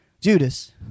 Judas